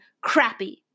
crappy